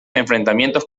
enfrentamientos